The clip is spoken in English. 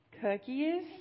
Cookies